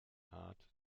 art